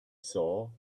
saw